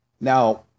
Now